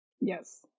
Yes